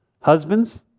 Husbands